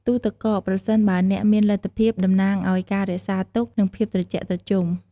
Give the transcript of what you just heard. ទូទឹកកក ប្រសិនបើអ្នកមានលទ្ធភាព តំណាងឲ្យ ការរក្សាទុក និង ភាពត្រជាក់ត្រជុំ។